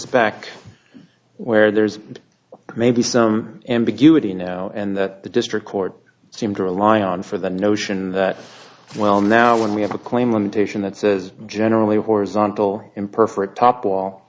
the back where there's maybe some ambiguity no and that the district court seem to rely on for the notion that well now when we have a claim limitation that says generally horizontal imperfect top wall